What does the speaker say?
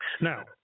Now